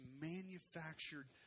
manufactured